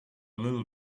little